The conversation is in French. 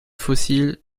fossile